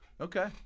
Okay